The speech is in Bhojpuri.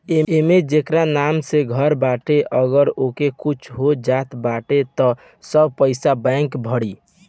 एमे जेकर नाम से घर बाटे अगर ओके कुछ हो जात बा त सब पईसा बैंक भरी